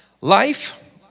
Life